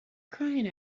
crying